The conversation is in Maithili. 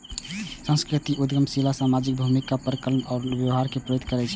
सांस्कृतिक उद्यमशीलता सामाजिक भूमिका पुनर्कल्पना आ नव व्यवहार कें प्रेरित करै छै